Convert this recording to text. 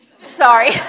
sorry